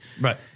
Right